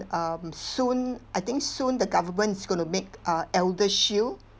um soon I think soon the government is gonna make uh ElderShield